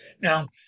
Now